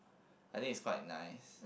I think it's quite nice